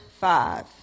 five